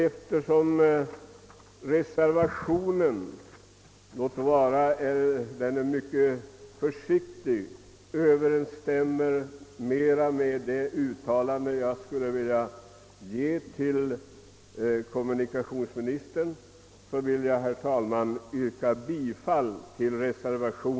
Eftersom reservationen, låt vara att den är mycket försiktigt skriven, överensstämmer med de råd jag skulle vilja ge kommunikationsministern ber jag, herr talman, att få yrka bifall till densamma.